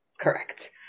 correct